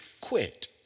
quit